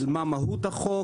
מה מהות החוק,